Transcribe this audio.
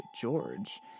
George